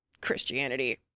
christianity